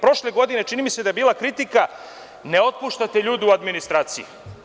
Prošle godine, čini mi se, je bila kritika – ne otpuštate ljude u administraciji.